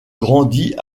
grandit